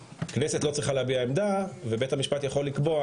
הכנסת לא צריכה להביע עמדה ובית המשפט יכול לקבוע